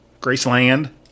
Graceland